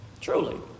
truly